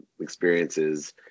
experiences